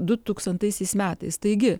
du tūkstantaisiais metais taigi